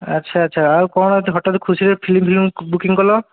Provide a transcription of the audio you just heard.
ଆଚ୍ଛା ଆଚ୍ଛା ଆଉ କ'ଣ ଏତେ ହଠାତ୍ ଖୁସିରେ ଫିଲ୍ମ ଫିଲ୍ମ ବୁକିଂ କଲ